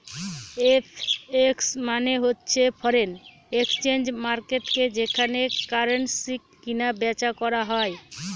FX মানে হচ্ছে foreign exchange মার্কেটকে যেখানে কারেন্সি কিনা বেচা করা হয়